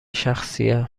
شخصیه